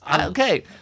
Okay